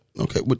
Okay